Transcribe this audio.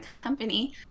company